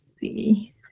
see